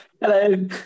Hello